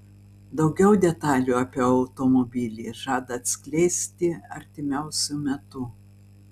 daugiau detalių apie automobilį žada atskleisti artimiausiu metu